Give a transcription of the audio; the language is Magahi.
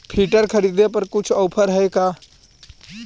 फिटर खरिदे पर कुछ औफर है का?